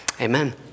Amen